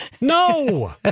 No